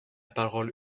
parole